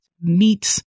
meet